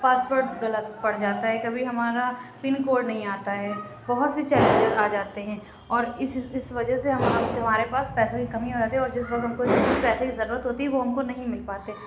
پاس word غلط پڑ جاتا ہے کبھی ہمارا پن کوڈ نہیں آتا ہے بہت سے چیلینجز آ جاتے ہیں اور اس وجہ سے ہمارے پاس پیسوں کی کمی ہو جاتی ہے اور جس وقت ہم کو شدید پیسے کی ضرورت ہوتی ہے وہ ہم کو نہیں مل پاتے